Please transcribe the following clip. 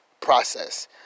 process